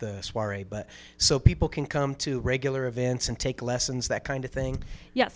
the soiree but so people can come to regular events and take lessons that kind of thing ye